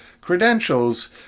credentials